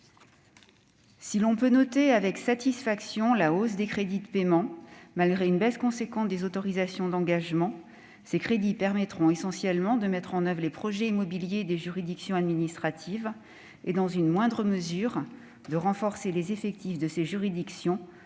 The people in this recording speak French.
Si l'on peut se satisfaire de la hausse des crédits de paiement, malgré une baisse importante des autorisations d'engagement, ces crédits permettront essentiellement de mettre en oeuvre les projets immobiliers des juridictions administratives et, dans une moindre mesure, de renforcer leurs effectifs pour faire